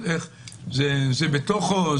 זה בתוכו?